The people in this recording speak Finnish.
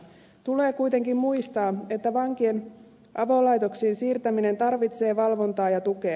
tulee kuitenkin muistaa että vankien avolaitoksiin siirtäminen tarvitsee valvontaa ja tukea